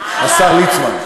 השר ליצמן.